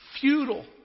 futile